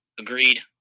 Agreed